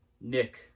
Nick